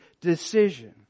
decision